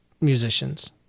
Musicians